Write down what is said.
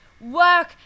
work